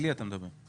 אתה מדבר על פלילי.